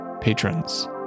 patrons